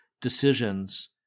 decisions